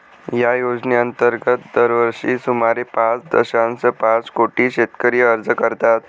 या योजनेअंतर्गत दरवर्षी सुमारे पाच दशांश पाच कोटी शेतकरी अर्ज करतात